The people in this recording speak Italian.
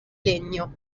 legno